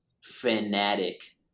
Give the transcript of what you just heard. fanatic